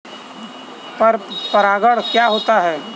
पर परागण क्या होता है?